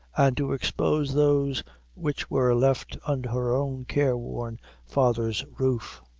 and to expose those which were left under her own careworn father's roof.